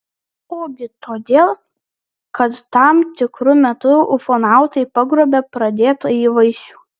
ogi todėl kad tam tikru metu ufonautai pagrobia pradėtąjį vaisių